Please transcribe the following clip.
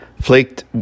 flaked